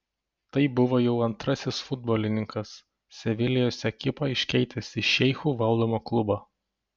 tai buvo jau antrasis futbolininkas sevilijos ekipą iškeitęs į šeichų valdomą klubą